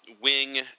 Wing